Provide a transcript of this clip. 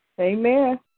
Amen